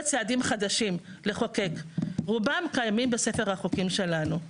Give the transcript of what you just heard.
צעדים חדשים לחוקק, רובם קיימים בספר החוקים שלנו.